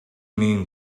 mean